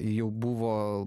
jau buvo